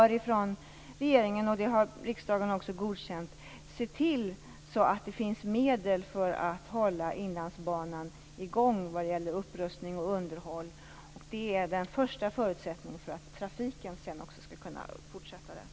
Regeringen och riksdagen har godkänt att det skall finnas medel för att hålla Inlandsbanan i gång vad gäller upprustning och underhåll. Det är den första förutsättningen för att trafiken skall kunna fortsätta där.